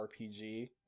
RPG